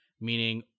meaning